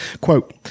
Quote